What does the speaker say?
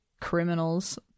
criminals